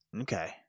Okay